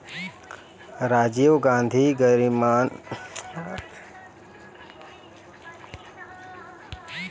राजीव गांधी गरामीन भूमिहीन कृषि मजदूर न्याय योजना म पात्र मनखे ल साल म छै हजार रूपिया देय जाही